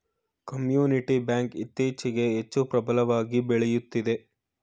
community bank ಇತ್ತೀಚೆಗೆ ಹೆಚ್ಚು ಪ್ರಬಲವಾಗಿ ಬೆಳೆಯುತ್ತಿದೆ